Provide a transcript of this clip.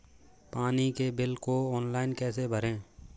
पानी के बिल को ऑनलाइन कैसे भरें?